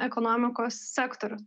ekonomikos sektorių